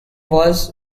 was